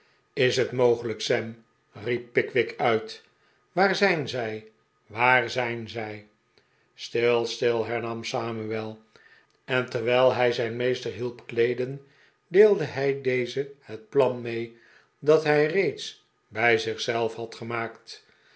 is het mogelijk sam riep pickwick uit waar zijn zij waar zijn zij stil stil hernam samuel en terwijl hij zijn meester hielp kleeden deelde hij dezen het plan mee dat hij reeds bij zich zelf had gemaakt